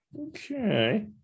Okay